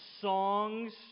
songs